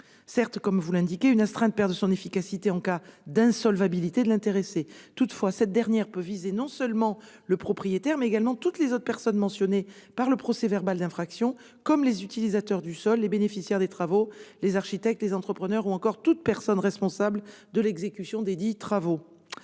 Certes, comme vous l'indiquez, l'astreinte perd de son efficacité en cas d'insolvabilité de l'intéressé. Toutefois, elle peut viser non seulement le propriétaire, mais également toutes les autres personnes mentionnées par le procès-verbal d'infraction, comme les utilisateurs du sol, les bénéficiaires des travaux, les architectes, les entrepreneurs ou encore toute personne responsable de l'exécution desdits travaux.